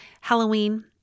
Halloween